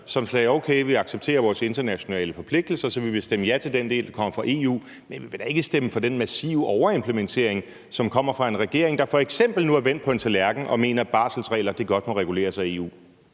som sagde, at okay, vi accepterer vores internationale forpligtelser, så vi vil stemme ja til den del, der kommer fra EU, men vi vil da ikke stemme for den massive overimplementering, som kommer fra regeringen, der f.eks. nu er vendt på en tallerken og mener, at barselsregler godt må reguleres af EU.